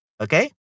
Okay